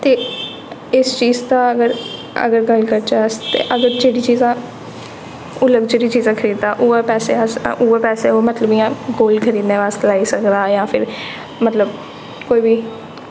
ते इस चीज़ दा अगर गल्ल करचै अस ते अगर जेह्ड़ी चीज़ां ओह् लग्जरी चीज़ां खरीददा उ'ऐ पैसे उ'ऐ पैसे ओह् मतलब इ'यां गोल्ड खरीदने बास्तै लाई सकदा कि मतलब कोई बी